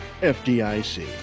FDIC